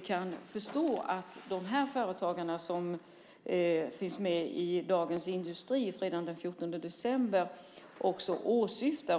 kan förstå att det är det som de företagare som fanns med i Dagens Industri fredagen den 14 december också åsyftar.